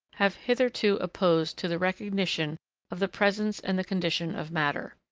have hitherto opposed to the recognition of the presence and the condition of matter.